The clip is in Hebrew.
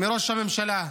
מראש הממשלה,